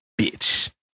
bitch